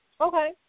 Okay